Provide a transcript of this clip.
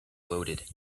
loaded